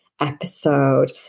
episode